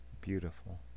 beautiful